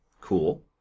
Cool